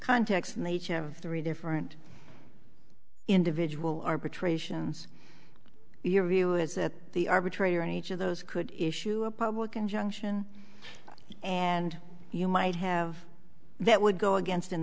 context and they each have three different individual arbitrations your view is that the arbitrator in each of those could issue a public injunction and you might have that would go against in